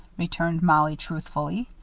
returned mollie, truthfully.